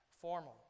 formal